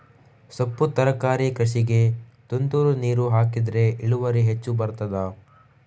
ಸೊಪ್ಪು ತರಕಾರಿ ಕೃಷಿಗೆ ತುಂತುರು ನೀರು ಹಾಕಿದ್ರೆ ಇಳುವರಿ ಹೆಚ್ಚು ಬರ್ತದ?